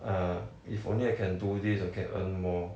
uh if only I can do this I can earn more